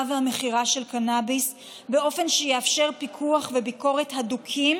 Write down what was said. והמכירה של קנביס באופן שיאפשר פיקוח וביקורת הדוקים,